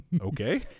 Okay